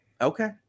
Okay